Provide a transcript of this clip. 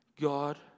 God